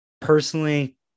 Personally